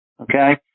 Okay